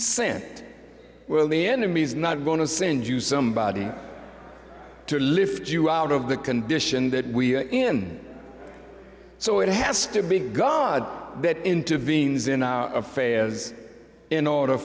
sent well the enemy is not going to send you somebody to lift you out of the condition that we are in so it has to be god that intervenes in affairs in order